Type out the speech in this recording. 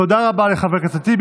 תודה רבה לחבר הכנסת טיבי.